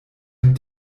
den